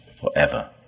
forever